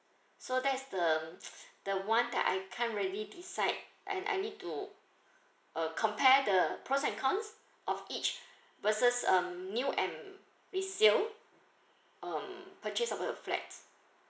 so that is the the one that I can't really decide and I need to uh compare the pros and cons of each versus um new and resale um purchase of the flat